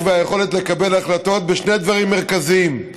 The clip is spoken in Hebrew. ומהיכולת לקבל החלטות בשני דברים מרכזיים: